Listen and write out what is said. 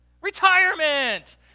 Retirement